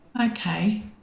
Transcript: okay